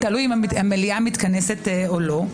תלוי אם המליאה מתכנסת או לא,